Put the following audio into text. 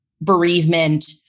bereavement